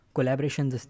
Collaborations